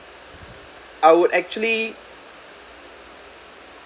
I would actually